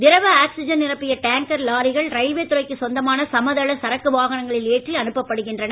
திரவ ஆக்ஸிஜன் நிரப்பிய டேங்கர் லாரிகள் ரயில்வே துறைக்கு சொந்தமான சமதள சரக்கு வாகனங்களில் ஏற்றி அனுப்பப்படுகின்றன